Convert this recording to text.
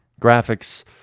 graphics